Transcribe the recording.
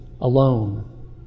alone